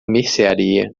mercearia